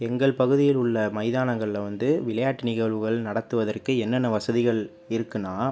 எங்கள் பகுதியில் உள்ள மைதானங்களில் வந்து விளையாட்டு நிகழ்வுகள் நடத்துவதற்கு என்னென்ன வசதிகள் இருக்கும்னா